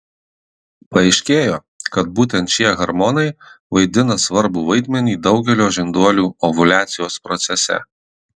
paaiškėjo kad būtent šie hormonai vaidina svarbų vaidmenį daugelio žinduolių ovuliacijos procese